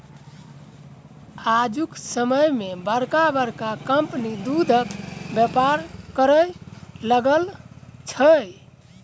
आजुक समय मे बड़का बड़का कम्पनी दूधक व्यापार करय लागल अछि